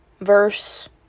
Verse